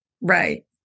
right